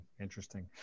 interesting